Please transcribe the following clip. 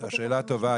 שאלה טובה.